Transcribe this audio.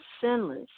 sinless